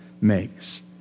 makes